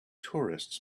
tourists